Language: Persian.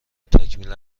تکمیل